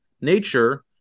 nature